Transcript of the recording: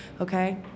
okay